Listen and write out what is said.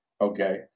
Okay